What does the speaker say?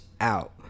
out